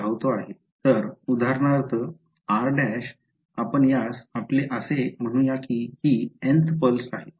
तर उदाहरणार्थ r' आपण यास आपले असे म्हणू या की ही nth पल्स आहे